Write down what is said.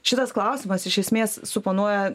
šitas klausimas iš esmės suponuoja